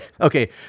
okay